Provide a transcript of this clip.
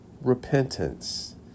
repentance